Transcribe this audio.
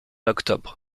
octobre